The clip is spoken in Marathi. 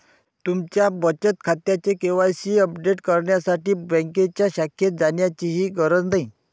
तुमच्या बचत खात्याचे के.वाय.सी अपडेट करण्यासाठी बँकेच्या शाखेत जाण्याचीही गरज नाही